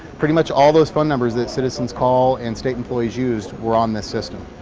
pretty much all those phone numbers that citizens call and state employees used were on this system.